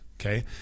okay